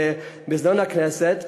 במזנון הכנסת,